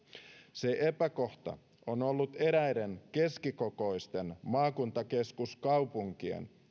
se epäkohta on ollut eräiden keskikokoisten maakuntakeskuskaupunkien